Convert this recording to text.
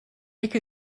ecke